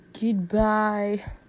Goodbye